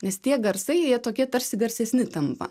nes tie garsai jie tokie tarsi garsesni tampa